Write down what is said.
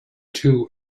two